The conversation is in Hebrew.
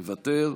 מוותר,